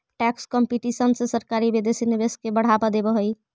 tax competition से सरकारी विदेशी निवेश के बढ़ावा देवऽ हई